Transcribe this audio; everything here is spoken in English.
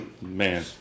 Man